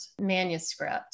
manuscript